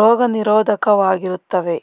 ರೋಗ ನಿರೋಧಕವಾಗಿರುತ್ತವೆ